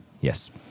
Yes